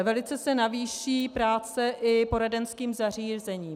Velice se navýší práce i poradenským zařízením.